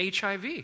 HIV